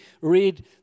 read